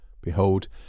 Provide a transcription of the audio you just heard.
Behold